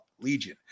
Legion